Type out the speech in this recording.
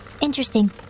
Interesting